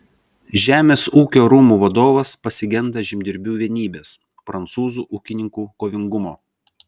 žemės ūkio rūmų vadovas pasigenda žemdirbių vienybės prancūzų ūkininkų kovingumo